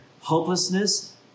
hopelessness